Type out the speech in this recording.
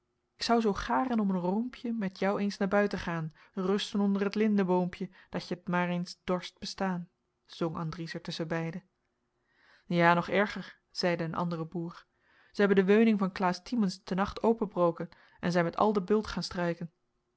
k sou zoo garen om een roompje met jou eens naar buiten gaan rusten onder t lindeboompje dat je t maar eens dorst bestaan zong andries er tusschenbeide ja nog erger zeide een andere boer zij hebben de weuning van klaas tymensz te nacht op'ebroken en zijn met al den bult gaan strijken